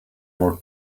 more